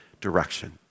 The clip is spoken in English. direction